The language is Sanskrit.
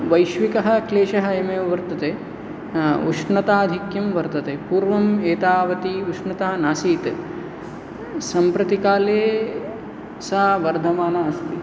वैश्विकः क्लेशः अयमेव वर्तते उष्णताधिक्यं वर्तते पूर्वम् एतावती उष्णता नासीत् सम्प्रतिकाले सा वर्धमाना अस्ति